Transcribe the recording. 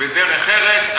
בדרך-ארץ,